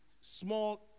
small